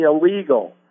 illegal